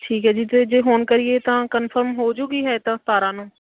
ਠੀਕ ਹੈ ਜੀ ਅਤੇ ਜੇ ਹੁਣ ਕਰੀਏ ਤਾਂ ਕਨਫਰਮ ਹੋ ਜੂਗੀ ਹੈ ਤਾਂ ਸਤਾਰਾਂ ਨੂੰ